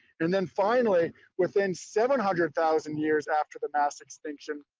and then finally within seven hundred thousand years after the mass extinction,